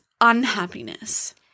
unhappiness